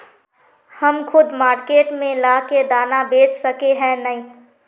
हम खुद मार्केट में ला के दाना बेच सके है नय?